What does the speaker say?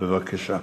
בבקשה.